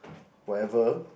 whatever